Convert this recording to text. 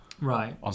Right